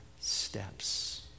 steps